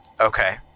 Okay